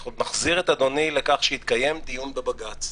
אני מחזיר את אדוני לכך שהתקיים דיון בבג"ץ,